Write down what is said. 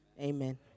Amen